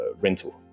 rental